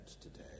today